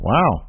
Wow